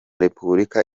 repubulika